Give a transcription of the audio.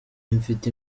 mfite